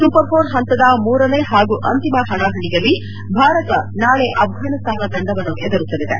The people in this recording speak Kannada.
ಸೂಪರ್ ಪೋರ್ ಹಂತದ ಮೂರನೇ ಹಾಗೂ ಅಂತಿಮ ಹಣಾಹಣಿಯಲ್ಲಿ ಭಾರತ ನಾಳೆ ಅಫ್ವಾನಿಸ್ತಾನ ತಂಡವನ್ನು ಎದುರಿಸಲಿದೆ